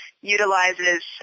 utilizes